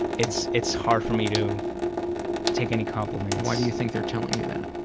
it's it's hard for me to take any compliments. why do you think they're telling you that?